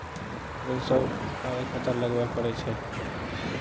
सभ कागज पत्तर लगबय पड़ैत छै